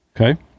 Okay